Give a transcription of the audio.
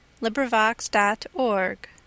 LibriVox.org